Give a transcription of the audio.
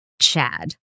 Chad